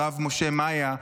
הרב משה מאיה,